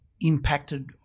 impacted